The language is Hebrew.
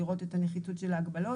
לראות את נחיצות ההגבלות.